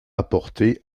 apporter